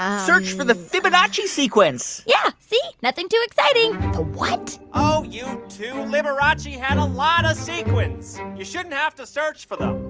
search for the fibonacci sequence yeah. see? nothing too exciting the what? you two, liberace had a lot of sequins. you shouldn't have to search for them.